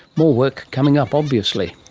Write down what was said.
more work coming up obviously